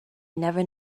never